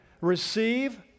Receive